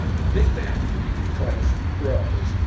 the big mac price grows,